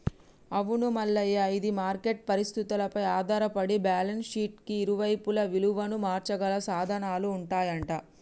అవును మల్లయ్య ఇది మార్కెట్ పరిస్థితులపై ఆధారపడి బ్యాలెన్స్ షీట్ కి ఇరువైపులా విలువను మార్చగల సాధనాలు ఉంటాయంట